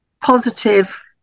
positive